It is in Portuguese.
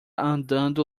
andando